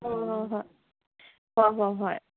ꯍꯣꯏ ꯍꯣꯏ ꯍꯣꯏ ꯍꯣꯏ ꯍꯣꯏ